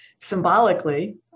symbolically